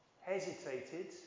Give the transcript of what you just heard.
hesitated